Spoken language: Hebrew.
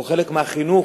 או חלק מהחינוך,